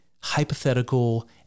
hypothetical